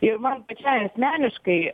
ir man pačiai asmeniškai